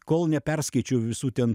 kol neperskaičiau visų ten